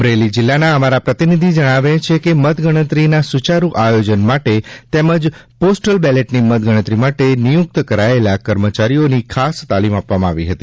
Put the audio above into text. અમરેલી જિલ્લાના અમારા પ્રતિનિધિ જણાવે છે કે મતગણતરીના સુચારુ આયોજન માટે તેમજ પોસ્ટલ બેલેટની મતગણતરી માટે નિયુક્ત કરાયેલા કર્મચારીઓને ખાસ તાલીમ આપવામાં આવી હતી